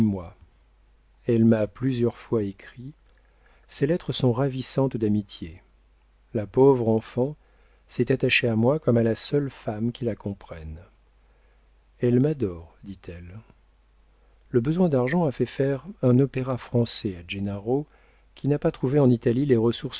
elle m'a plusieurs fois écrit ses lettres sont ravissantes d'amitié la pauvre enfant s'est attachée à moi comme à la seule femme qui la comprenne elle m'adore dit-elle le besoin d'argent a fait faire un opéra français à gennaro qui n'a pas trouvé en italie